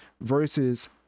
versus